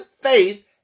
faith